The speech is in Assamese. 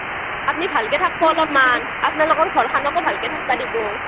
আপ্নি ভালকৈ থাকবো অলপমান আপ্নালোকৰ ঘৰখনকো ভালকে থাকপা দিবো